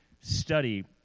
study